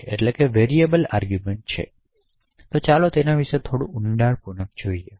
તો ચાલો તેના વિશે થોડું ઉંડાણપૂર્વક જોઇયે કે આ ખરેખર કાર્ય કઈ રીતે કરે છે